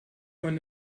von